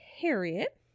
Harriet